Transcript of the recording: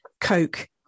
Coke